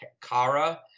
Kara